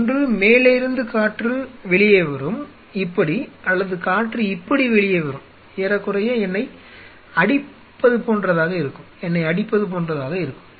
ஒன்று மேலே இருந்து காற்று வெளியே வரும் இப்படி அல்லது காற்று இப்படி வெளியே வரும் ஏறக்குறைய என்னை அடிப்பது போன்றதாக இருக்கும்